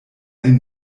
den